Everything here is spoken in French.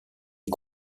est